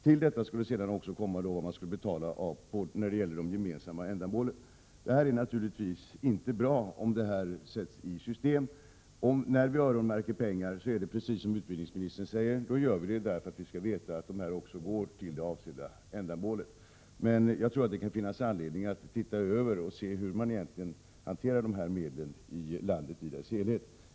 Till detta kommer vad man skulle betala i fråga om gemensamma ändamål. Det är naturligtvis inte bra om detta sätts i system. Öronmärker pengar gör vi, precis som utbildningsministern säger, för att vi skall veta att de går till avsett ändamål. Jag tror att det kan finnas anledning att se över det här och studera hur man hanterar dessa medel i landet i dess helhet.